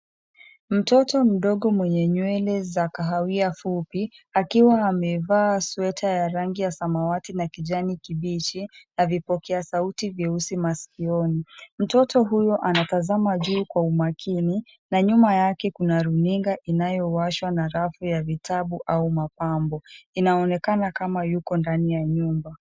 Mtoto mdogo mwenye nywele za kahawia fupi akiwa amevaa sweta ya rangi ya samawati na kijani kibichi na vipokea sauti masikioni. Mtoto huyo anatazama juu kwa umakini na nyuma yake kuna runinga inayowashwa na rafu ya vitabu au mapambo. Inaonekana kama yuko ndani ya nyumba.